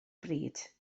bryd